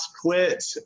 quit